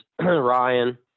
Ryan